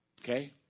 Okay